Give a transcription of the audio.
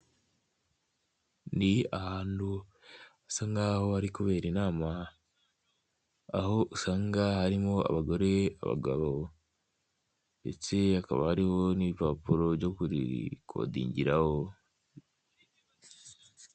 Ni ahantu hasa nkaho hari kubera inama, aho usanga harimo abagore, abagabo ndetse hakaba hariho nibipapuro byo kurikodingiraho.